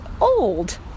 old